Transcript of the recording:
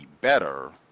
better